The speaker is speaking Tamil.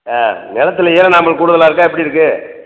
ஆ நிலத்துல ஈரநாமல் கூடுதலாக இருக்கா எப்படி இருக்குது